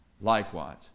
likewise